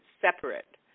separate